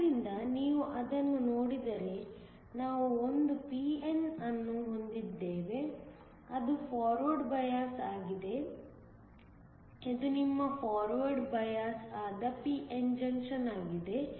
ಆದ್ದರಿಂದ ನೀವು ಅದನ್ನು ನೋಡಿದರೆ ನಾವು ಒಂದು p n ಜಂಕ್ಷನ್ ಅನ್ನು ಹೊಂದಿದ್ದೇವೆ ಅದು ಫಾರ್ವರ್ಡ್ ಬಯಾಸ್ ಆಗಿದೆ ಇದು ನಿಮ್ಮ ಫಾರ್ವರ್ಡ್ ಬಯಾಸ್ ಆದ p n ಜಂಕ್ಷನ್ ಆಗಿದೆ